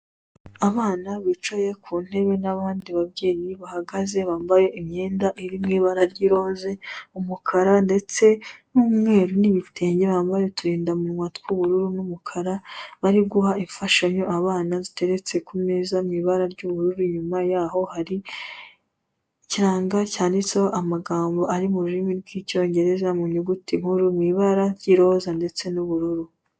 Abana bicaye ku ntebe n'abandi babyeyi bahagaze bambaye imyenda irimo ibara ry'iroze, umukara ndetse n'umweru n'ibitenge, bambaye uturindamunwa tw'ubururu n'umukara bari guha imfashanyo abana ziteretse ku meza mu ibara ry'ubururu inyuma yaho hari ikirango cyanditseho amagambo ari mu rurimi rw'icyongereza mu nyuguti nkuru mu ibara ry'iroza ndetse n'ubururu.